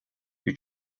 who